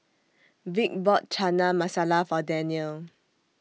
Vick bought Chana Masala For Danielle